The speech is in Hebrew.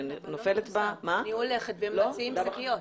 אני הולכת והם מציעים שקיות.